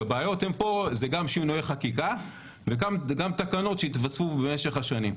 כי הבעיות פה זה גם שינויי חקיקה וגם תקנות שהתווספו במשך השנים.